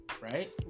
Right